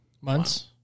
months